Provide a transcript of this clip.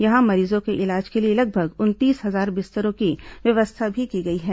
यहां मरीजों के इलाज के लिए लगभग उनतीस हजार बिस्तरों की व्यवस्था की गई है